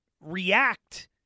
react